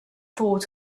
thought